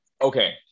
Okay